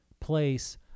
place